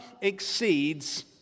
exceeds